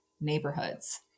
neighborhoods